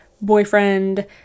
boyfriend